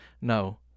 No